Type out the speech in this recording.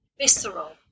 visceral